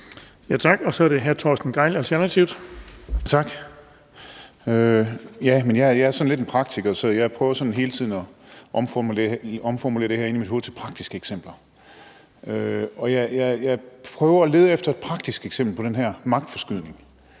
Jeg er sådan lidt en praktiker, så jeg prøver sådan hele tiden at omformulere det her inde i mit hoved til praktiske eksempler. Jeg leder efter et praktisk eksempel på den her magtforskydning.